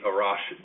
Arash